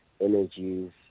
energies